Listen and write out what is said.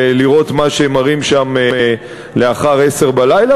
מה שמראים שם אחרי 22:00,